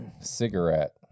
Cigarette